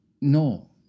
No